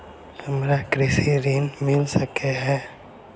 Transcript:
हमरा कृषि ऋण मिल सकै है?